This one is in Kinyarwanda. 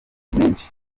menshi